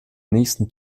nächsten